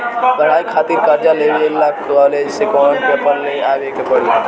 पढ़ाई खातिर कर्जा लेवे ला कॉलेज से कौन पेपर ले आवे के पड़ी?